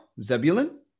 Zebulun